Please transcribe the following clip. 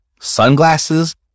Sunglasses